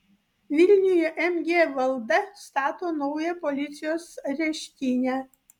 vilniuje mg valda stato naują policijos areštinę